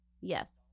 Yes